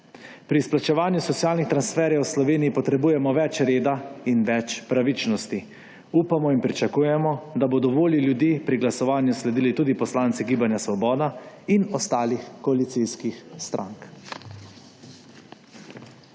Pri izplačevanju socialnih transferjev v Sloveniji potrebujemo več reda in več pravičnosti. Upamo in pričakujemo, da bodo volji pri glasovanju sledili tudi poslanci Gibanja Svoboda in ostalih koalicijskih strank.